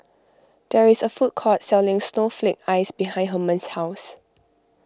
there is a food court selling Snowflake Ice behind Hermann's house